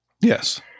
Yes